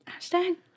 Hashtag